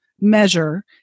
measure